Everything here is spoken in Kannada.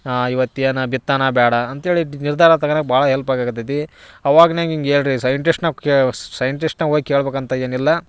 ಹಾಂ ಈವತ್ತು ಏನು ಬಿತ್ತೋಣ ಬೇಡ ಅಂಥೇಳಿ ಡಿ ನಿರ್ಧಾರ ತಗೊಳ್ಳೋಕೆ ಭಾಳ ಎಲ್ಪ್ ಆಗಾಕ್ಕತ್ತೈತಿ ಆವಾಗ್ಲೇ ಹಿಂಗೆ ಹಿಂಗೆ ಹೇಳಿರಿ ಸೈಂಟಿಸ್ಟ್ನ ಕೇ ಸೈಂಟಿಸ್ಟ್ನ ಹೋಗಿ ಕೇಳ್ಬೇಕಂತ ಏನಿಲ್ಲ